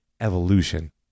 evolution